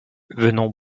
venons